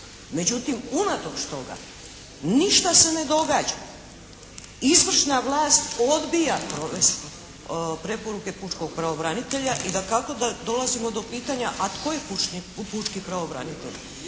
Međutim, unatoč toga ništa se ne događa. Izvršna vlast odbija provesti preporuke pučkog pravobranitelja i dakako da dolazimo do pitanja a tko je pučki pravobranitelj?